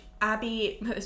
Abby